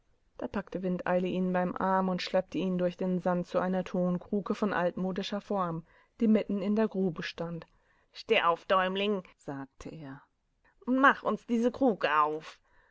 ertatso alsschliefeer dapacktewind eile ihn beim arm und schleppte ihn durch den sand zu einer tonkruke von altmodischer form die mitten in der grube stand steh auf däumling sagte er und mach uns diese kruke auf